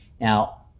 Now